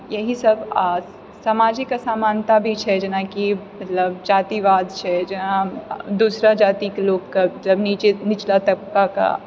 इएह सभ आ समाजिक असमानता भी छै जेनाकि लव जातिवाद छै जहाँ दूसरा जातिके लोककेँ जब नीचे निचला तबकाके